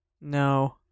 No